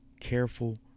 careful